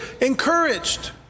encouraged